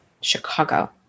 Chicago